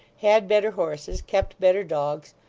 had better horses, kept better dogs,